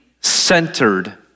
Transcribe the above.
centered